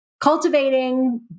cultivating